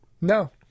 No